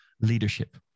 leadership